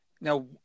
now